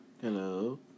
Hello